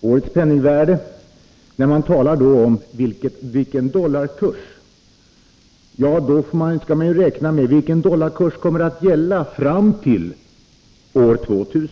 årets penningvärde? Ja, då får man beräkna vilken dollarkurs som kommer att gälla fram till år 2000.